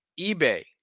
eBay